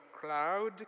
cloud